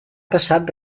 passat